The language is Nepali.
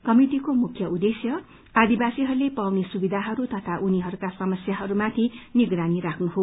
कमिटिको मुख्य उद्धेश्य आदिवासीहरूले पाउने सुविधाहरू तथा उनीहरूका समस्याहरूमाथि निगरानी राख्नू हो